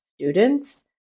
students